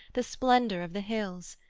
the splendour of the hills?